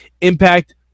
Impact